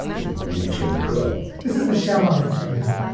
the new jim crow this is michelle alexander,